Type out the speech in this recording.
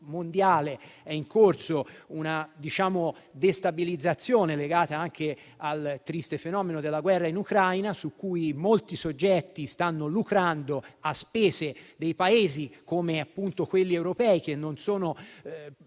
è in corso una destabilizzazione, legata anche al triste fenomeno della guerra in Ucraina. Molti soggetti stanno rubando a spese di Paesi, quali quelli europei, che per sfortuna